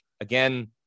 again